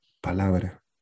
palabra